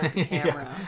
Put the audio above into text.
Camera